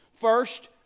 First